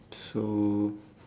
so